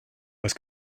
oes